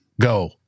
go